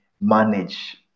manage